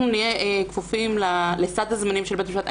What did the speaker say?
אנחנו נהיה כפופים לסד הזמנים של בית המשפט.